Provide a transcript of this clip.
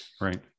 Right